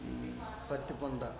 పత్తి పంట